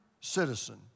citizen